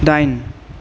दाइन